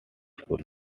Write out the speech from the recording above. school